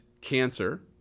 cancer